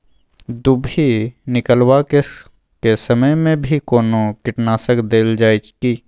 दुभी निकलबाक के समय मे भी कोनो कीटनाशक देल जाय की?